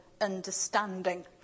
understanding